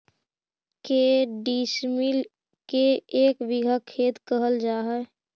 के डिसमिल के एक बिघा खेत कहल जा है?